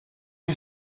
you